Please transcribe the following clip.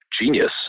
genius